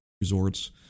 resorts